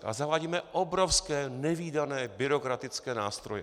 A zavádíme obrovské, nevídané byrokratické nástroje.